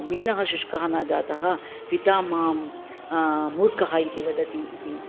मीनः शुष्कः न जातः पिता मां मूर्खः इति वदति इति